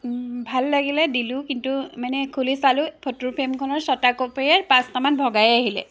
ভাল লাগিলে দিলোঁ কিন্তু মানে খুলি চালোঁ ফটো ফ্ৰেমখনৰ ছয়টা কপিৰে পাঁচটামান ভগাই আহিলে